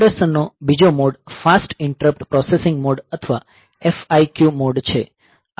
operation નો બીજો mode fast interrupt processing mode અથવા FIQ મોડ છે